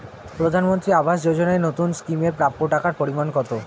প্রধানমন্ত্রী আবাস যোজনায় নতুন স্কিম এর প্রাপ্য টাকার পরিমান কত?